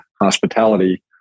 hospitality